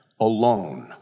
alone